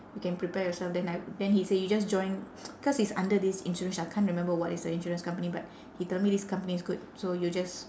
you can prepare yourself then I then he say you just join cause he's under this insurance which I can't remember what is the insurance company but he tell me this company is good so you just